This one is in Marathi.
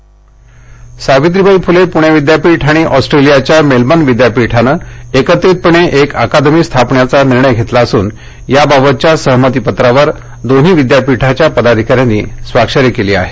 इंट्रो पुणे विद्यापीठ सावित्रीबाई फुले पुणे विद्यापीठ आणि ऑस्ट्रेलियाच्या मेलबर्न विद्यापीठानं एकत्रितपणे एक अकादमी स्थापण्याचा निर्णय घेतला असून याबाबतच्या सहमतीपत्रावर दोन्ही विद्यापीठाच्या पदाधिकाऱ्यांनी स्वाक्षरी केली आहे